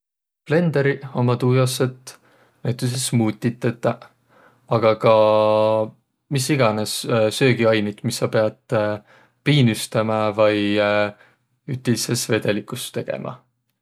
Blenderiq ummaq tuu jaos, et näütüses smuutit tetäq. Aga ka mis egänes söögiainit, mis saq piät piinüstämä vai ütitses vedeligus tegemä.